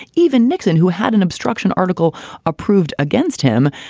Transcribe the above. even nixon, who had an obstruction article approved against him.